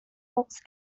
fox